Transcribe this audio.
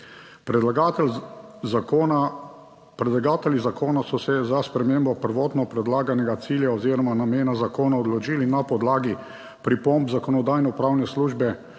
predlagatelji zakona so se za spremembo prvotno predlaganega cilja oziroma namena zakona odločili na podlagi pripomb Zakonodajno-pravne službe